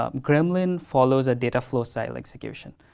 um gremlin follows a data flow-style execution.